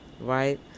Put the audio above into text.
Right